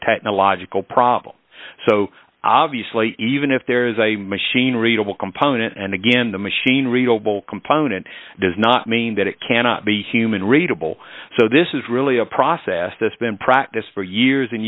technological problem so obviously even if there is a machine readable component and again the machine readable component does not mean that it cannot be human readable so this is really a process that's been practiced for years and